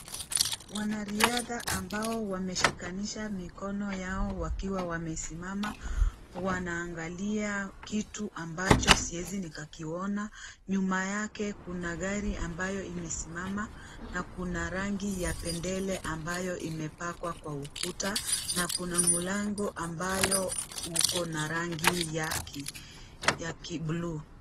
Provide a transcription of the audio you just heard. Wanariadha ambao wameshikanisha mikono yao wakiwa wamesimama wanaangalia kitu ambacho siwezi nikakiona, nyuma yake kuna gari ambayo imesimama na kuna rangi ya bendera ambayo imepakwa kwa ukuta na kuna mlango ambayo uko na rangi ya kibuluu.